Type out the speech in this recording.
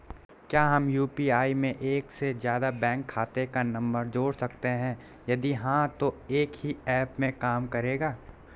क्या हम यु.पी.आई में एक से ज़्यादा बैंक खाते का नम्बर जोड़ सकते हैं यदि हाँ तो एक ही ऐप में काम करेगा?